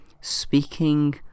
speaking